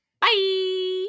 Bye